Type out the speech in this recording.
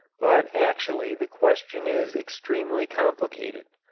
but actually the question is extremely complicated.